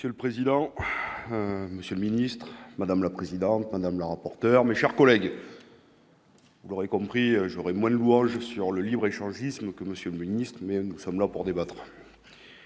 Monsieur le président, Monsieur le Ministre, madame la présidente, madame la rapporteure, mes chers collègues. On aurait compris, j'aurai moi louange sur le libre échangisme que Monsieur le Ministre, mais nous sommes là pour débattre,